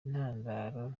intandaro